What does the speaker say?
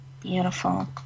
beautiful